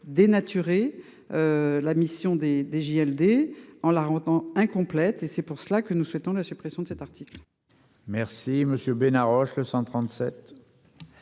dénaturé. La mission des des JLD en la rendant incomplète et c'est pour cela que nous souhaitons la suppression de cet article. Merci monsieur Bénard Roche le 137.